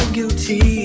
guilty